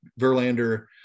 Verlander